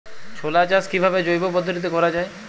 ছোলা চাষ কিভাবে জৈব পদ্ধতিতে করা যায়?